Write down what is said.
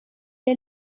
est